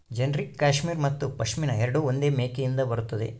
generic cashmere ಮತ್ತು ಪಶ್ಮಿನಾ ಎರಡೂ ಒಂದೇ ಮೇಕೆಯಿಂದ ಬರುತ್ತದೆ